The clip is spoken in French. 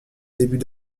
débuts